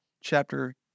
chapter